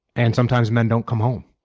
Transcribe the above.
and sometimes men don't come home,